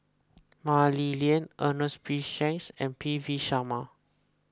Mah Li Lian Ernest P Shanks and P V Sharma